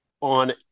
on